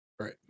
Right